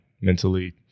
mentally